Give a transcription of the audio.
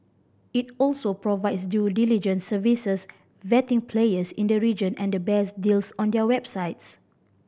it also provides due diligence services vetting players in the region and the best deals on their websites